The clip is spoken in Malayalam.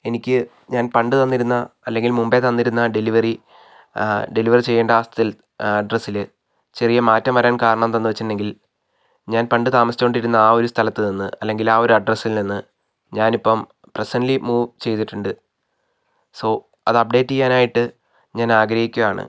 എനിക്ക് ഞാൻ പണ്ട് തന്നിരുന്ന അല്ലെങ്കിൽ മുൻപേ തന്നിരുന്ന ഡെലിവറി ഡെലിവറി ചെയ്യേണ്ട ആ സ്ഥൽ അഡ്രസില് ചെറിയ മാറ്റം വരാൻ കാരണം എന്താന്ന് വെച്ചിട്ടുണ്ടെങ്കിൽ ഞാൻ പണ്ട് താമസിച്ചുകൊണ്ടിരുന്ന ആ ഒരു സ്ഥലത്ത് നിന്ന് അല്ലെങ്കിൽ ആ ഒരു അഡ്രസ്സിൽ നിന്ന് ഞാൻ ഇപ്പം പ്രെസെൻറ്റ്ലി മൂവ് ചെയ്തിട്ടുണ്ട് സോ അത് അപ്ഡേറ്റ് ചെയ്യാനായിട്ട് ഞാൻ ആഗ്രഹിക്കുവാണ്